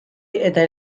eta